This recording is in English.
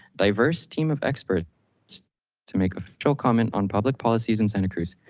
diverse team of experts to make official comment on public policies in santa cruz.